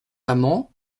amans